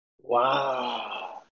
Wow